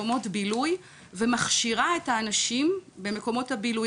מקומות בילוי ומכשירה את האנשים במקומות הבילוי,